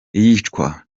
iyicwa